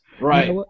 Right